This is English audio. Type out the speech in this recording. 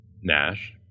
nash